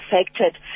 affected